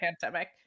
pandemic